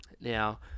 Now